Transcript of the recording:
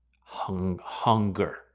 Hunger